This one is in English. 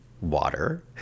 Water